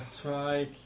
try